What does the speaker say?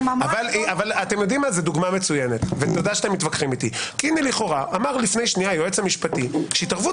לפני שנייה אמר היועץ המשפטי שהתערבות